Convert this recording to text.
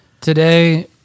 Today